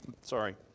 Sorry